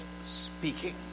speaking